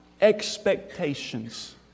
expectations